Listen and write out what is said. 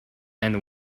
and